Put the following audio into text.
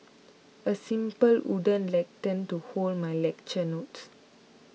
a simple wooden lectern to hold my lecture notes